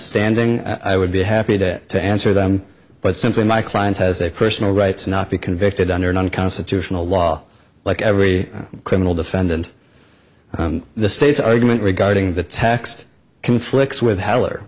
standing i would be happy to answer them but simply my client has a personal rights not be convicted under an unconstitutional law like every criminal defendant the state's argument regarding the text conflicts with heller